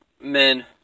men